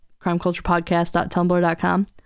crimeculturepodcast.tumblr.com